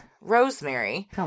Rosemary